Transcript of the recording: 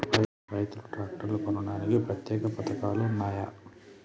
రైతులు ట్రాక్టర్లు కొనడానికి ప్రత్యేక పథకాలు ఉన్నయా?